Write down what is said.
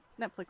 Netflix